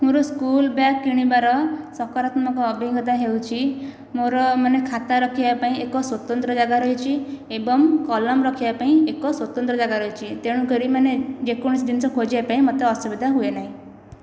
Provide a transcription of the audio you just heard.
ମୋର school bag କିଣିବାର ସକାରାତ୍ମକ ଅଭିଜ୍ଞତା ହେଉଛି ମୋର ମାନେ ଖାତା ରଖିବା ପାଇଁ ଏକ ସ୍ୱତନ୍ତ୍ର ଜାଗା ରହିଛି ଏବଂ କଲମ ରଖିବା ପାଇଁ ଏକ ସ୍ୱତନ୍ତ୍ର ଜାଗା ରହିଛି ତେଣୁକରି ମାନେ ଯେକୌଣସି ଜିନିଷ ଖୋଜିବା ପାଇଁ ମୋତେ ଅସୁବିଧା ହୁଏ ନାହିଁ